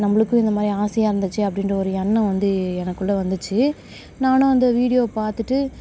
நம்மளுக்கும் இந்தமாதிரி ஆசையாக இருந்திச்சு அப்படீன்ற ஒரு எண்ணம் வந்து எனக்குள்ளே வந்திச்சு நானும் அந்த வீடியோ பார்த்துட்டு